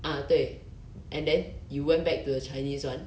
ah 对 and then you went back to the chinese [one]